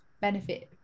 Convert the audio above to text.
benefit